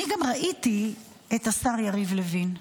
אני ראיתי גם את השר יריב לוין.